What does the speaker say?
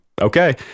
okay